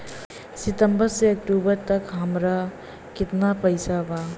सितंबर से अक्टूबर तक हमार कितना पैसा बा?